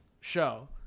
show